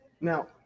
Now